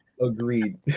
Agreed